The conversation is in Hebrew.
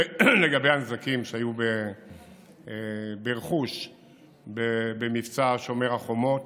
לגבי הנזקים שהיו לרכוש במבצע שומר החומות.